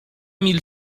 mil